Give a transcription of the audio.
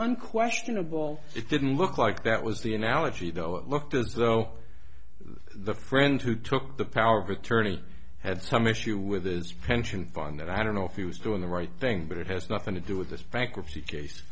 unquestionable it didn't look like that was the analogy though it looked as though the friend who took the power of attorney had some issue with his pension fund that i don't know if he was doing the right thing but it has nothing to do with this bankruptcy case